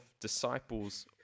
disciples